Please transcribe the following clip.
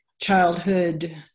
childhood